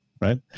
right